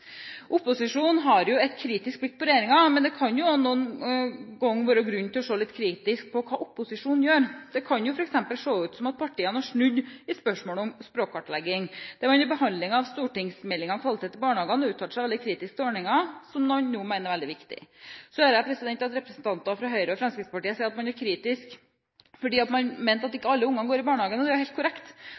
Opposisjonen har jo et kritisk blikk på regjeringen, men det kan også noen ganger være grunn til å se litt kritisk på hva opposisjonen gjør. Det kan f.eks. se ut som om partiene har snudd i spørsmålet om språkkartlegging, der man i behandlingen av stortingsmeldingen om kvalitet i barnehagen uttalte seg veldig kritisk til ordningen, som man nå mener er veldig viktig. Så hører jeg at representanter fra Høyre og Fremskrittspartiet sier at man er kritisk fordi man mener at ikke alle unger går i barnehage. Det er helt korrekt.